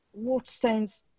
Waterstones